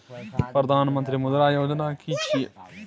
प्रधानमंत्री मुद्रा योजना कि छिए?